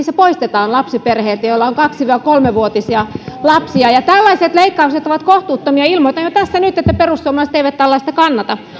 se poistetaan lapsiperheiltä joilla on kaksi viiva kolme vuotisia lapsia tällaiset leikkaukset ovat kohtuuttomia ja ilmoitan jo tässä nyt että perussuomalaiset eivät tällaista kannata